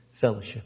fellowship